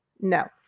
No